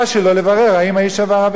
לברר האם האיש עבר עבירה.